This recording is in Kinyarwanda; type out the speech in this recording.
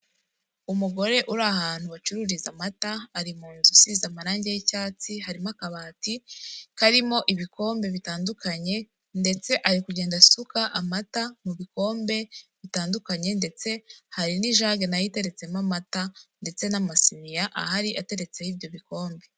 Umugore uri ahantu bacururiza amata, ari mu inzu isize amarangi y'icyatsi, harimo akabati karimo ibikombe bitandukanye, ndetse ari kugenda asuka amata mu bikombe bitandukanye, ndetse hari n'ijage na yo iteretsemo amata ndetse n'amasiniya ahari ateretseho ibyo bikombe.